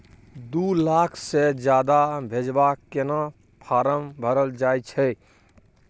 दू लाख से ज्यादा भेजबाक केना फारम भरल जाए छै?